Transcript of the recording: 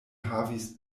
havis